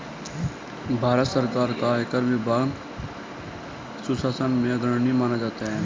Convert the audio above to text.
भारत सरकार का आयकर विभाग सुशासन में अग्रणी माना जाता है